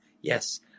Yes